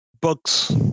books